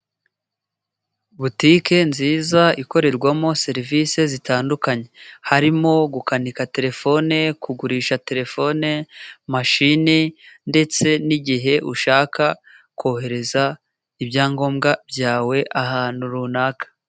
Butike nziza ikorerwamo serivisi zitandukanye，harimo gukanika terefone， kugurisha terefone， mashini，ndetse n'igihe ushaka kohereza，ibyangombwa byawe ahantu runaka.